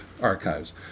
archives